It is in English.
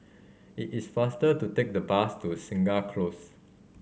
it is faster to take the bus to Segar Close